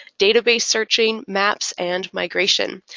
database searching, maps, and migration.